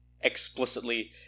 explicitly